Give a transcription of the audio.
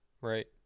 Right